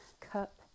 cup